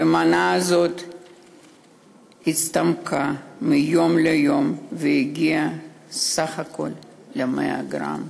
ומנה זו הצטמקה מיום ליום והגיעה בסך הכול ל-100 גרם.